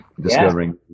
discovering